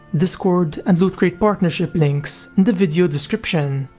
discord and loot crate partnership links in the video description,